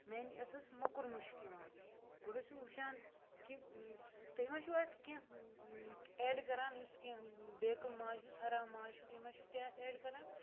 میٛانہِ یَتھ اوس موٚکُر مُشُک یِوان گۄڈٕ ٲسِو وٕچھان کہِ تُہۍ ما چھُو اَتھ کینٛہہ اٮ۪ڈ کَران یُس کینٛہہ بیکٕل ماز یُس حرام ماز چھُ تُہۍ ما چھُو تہِ اَتھ اٮ۪ڈ کَران